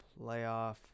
playoff